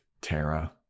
Tara